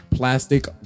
plastic